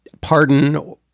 pardon